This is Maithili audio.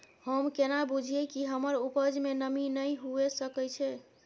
हम केना बुझीये कि हमर उपज में नमी नय हुए सके छै?